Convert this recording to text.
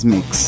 Mix